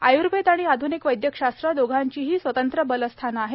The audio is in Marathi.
आय्र्वेद आणि आध्निक वैदयकशास्त्र दोघांचीही स्वतंत्र बलस्थानं आहेत